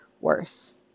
worse